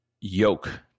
yoke